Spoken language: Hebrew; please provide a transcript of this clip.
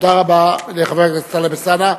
תודה רבה לחבר הכנסת טלב אלסאנע.